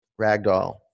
Ragdoll